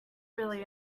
really